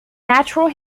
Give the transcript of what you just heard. natural